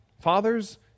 Fathers